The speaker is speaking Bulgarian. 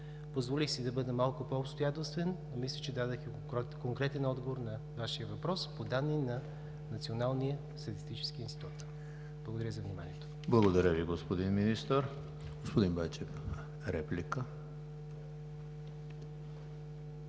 Позволих си да бъда малко по-обстоятелствен, но мисля, че дадох конкретен отговор на Вашия въпрос по данни на Националния статистически институт. Благодаря за вниманието. ПРЕДСЕДАТЕЛ ЕМИЛ ХРИСТОВ: Благодаря Ви, господин Министър. Господин Байчев – реплика.